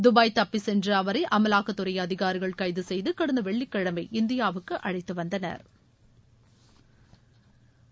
Dubai தப்பிச்சென்ற அவரை அமலாக்கத்துறை அதிகாரிகள் கைது செய்து கடந்த வெள்ளிக்கிழமை இந்தியாவுக்கு அழைத்து வந்தனார்